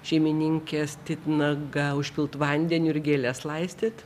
šeimininkės titnagą užpilt vandeniu ir gėles laistyt